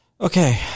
Okay